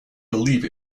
believe